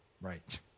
Right